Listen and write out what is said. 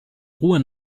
ruhe